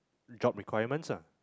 job requirements ah